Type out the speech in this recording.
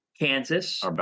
Kansas